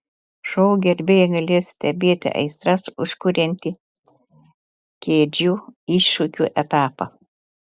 šou gerbėjai galės stebėti aistras užkuriantį kėdžių iššūkio etapą